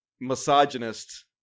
misogynist